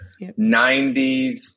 90s